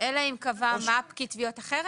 אלא אם קבע פקיד התביעות אחרת?